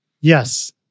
Yes